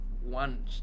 one